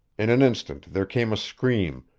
in an instant there came a scream,